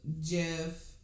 Jeff